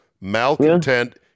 malcontent